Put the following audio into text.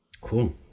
Cool